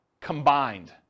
combined